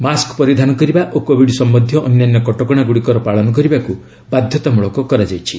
mask ପରିଧାନ କରିବା ଓ କୋବିଡ୍ ସମ୍ବନ୍ଧୀୟ ଅନ୍ୟାନ୍ୟ କଟକଣାଗୁଡ଼ିକର ପାଳନ କରିବାକୁ ବାଧ୍ୟତାମୂଳକ କରାଯାଇଛି